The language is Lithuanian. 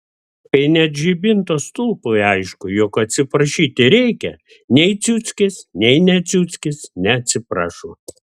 kai net žibinto stulpui aišku jog atsiprašyti reikia nei ciuckis nei ne ciuckis neatsiprašo